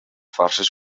forces